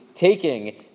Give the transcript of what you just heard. taking